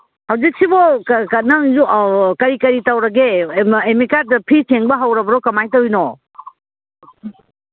ꯍꯧꯖꯤꯛꯁꯤꯕꯨ ꯅꯪꯁꯨ ꯑꯣ ꯑꯣ ꯀꯔꯤ ꯀꯔꯤ ꯇꯧꯔꯒꯦ ꯑꯦꯗꯃꯤꯠ ꯀꯥꯔꯗ ꯐꯤ ꯁꯦꯡꯕ ꯍꯧꯔꯕ꯭ꯔꯣ ꯀꯃꯥꯏꯅ ꯇꯧꯋꯤꯅꯣ